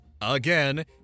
again